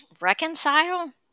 Reconcile